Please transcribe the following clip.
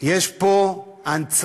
יש פה הנצחה,